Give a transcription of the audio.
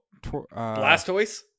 Blastoise